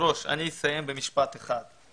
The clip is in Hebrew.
אסיים במשפט אחד.